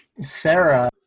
Sarah